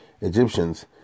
Egyptians